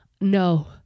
no